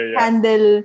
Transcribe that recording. handle